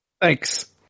thanks